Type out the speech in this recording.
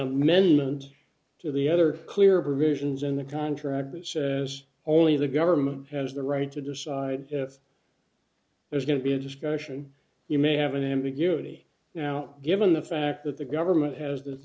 amendment to the other clear provisions in the contract that says only the government has the right to decide if there's going to be a discussion you may have an ambiguity now given the fact that the government has